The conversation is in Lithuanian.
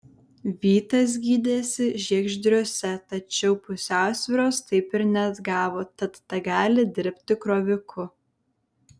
vytas gydėsi žiegždriuose tačiau pusiausvyros taip ir neatgavo tad tegali dirbti kroviku